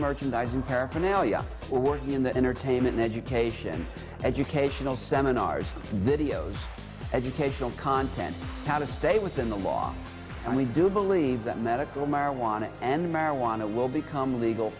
merchandising paraphernalia for working in the entertainment education educational seminars videos educational content how to stay within the law and we do believe that medical marijuana and marijuana will become legal